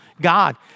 God